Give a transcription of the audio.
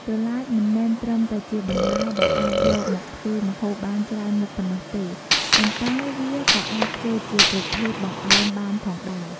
ត្រឡាចមិនមែនត្រឹមតែជាបន្លែដែលអាចយកមកធ្វើម្ហូបបានច្រើនមុខប៉ុណ្ណោះទេ ប៉ុន្តែវាក៏អាចធ្វើជាប្រភេទបង្អែមបានផងដែរ។